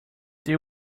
they